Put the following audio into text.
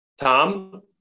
Tom